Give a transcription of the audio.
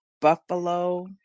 buffalo